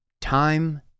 time